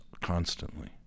constantly